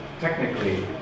technically